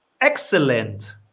Excellent